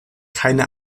keine